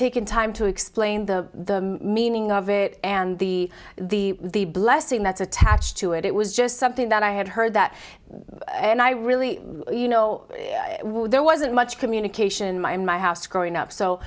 taken time to explain the meaning of it and the the the blessing that's attached to it it was just something that i had heard that and i really you know there wasn't much communication my in my house growing up so